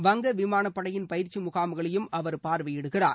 வங்க விமான படையின் பயிற்சி முகாம்களையும் அவர் பார்வையிடுகிறார்